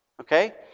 Okay